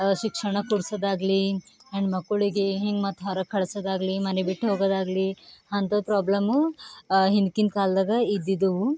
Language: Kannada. ಶಿಕ್ಷಣ ಕೊಡಿಸೋದಾಗ್ಲಿ ಹೆಣ್ಮಕ್ಕಳಿಗೆ ಹಿಂಗೆ ಮತ್ತು ಹೊರಗೆ ಕಳಿಸೋದಾಗ್ಲಿ ಮನೆ ಬಿಟ್ಟು ಹೋಗೋದಾಗ್ಲಿ ಅಂಥ ಪ್ರಾಬ್ಲಮ್ಮು ಹಿಂದ್ಕಿನ ಕಾಲದಾಗ ಇದ್ದಿದ್ದವು